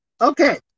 Okay